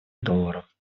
долларов